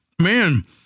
Man